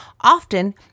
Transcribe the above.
often